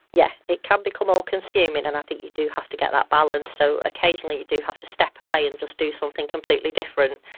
yeah, it can become all consuming and i think you do have to get that balance. so, occasionally, you do have to step away and just do something completely different.